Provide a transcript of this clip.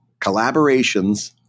collaborations